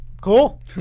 Cool